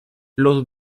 los